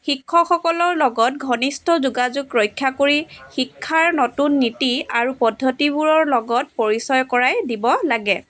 শিক্ষকসকলৰ লগত ঘনিষ্ঠ যোগাযোগ ৰক্ষা কৰি শিক্ষাৰ নতুন নীতি আৰু পদ্ধতিবোৰৰ লগত পৰিচয় কৰাই দিব লাগে